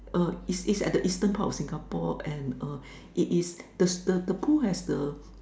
uh it's it's at the eastern part of Singapore and uh it is this the the pool has the